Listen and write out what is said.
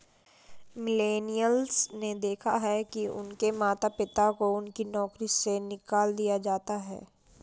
millennials ने देखा है कि उनके माता पिता को उनकी नौकरी से निकाल दिया जाता है